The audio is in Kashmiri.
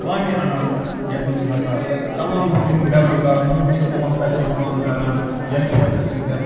کامہِ اَنان یَتھ منٛز ہسا تَمام یِم بے روزگار لوٗکھ چھِ یِم ہسا چھِ یِہِ کٲم کران ییٚمہِ کہِ وجہ سۭتۍ